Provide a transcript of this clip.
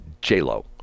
J.Lo